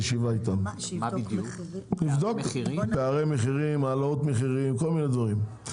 לבדוק פערי מחירים, העלאות מחירים, כל מיני דברים.